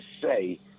say